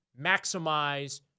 maximize